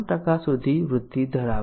0 સુધી વૃદ્ધિ ધરાવે છે